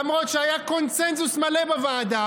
למרות שהיה קונסנזוס מלא בוועדה.